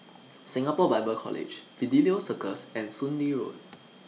Singapore Bible College Fidelio Circus and Soon Lee Road